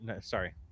Sorry